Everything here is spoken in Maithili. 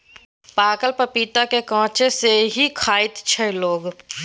पाकल पपीता केँ कांचे सोहि के खाइत छै लोक